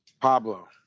Pablo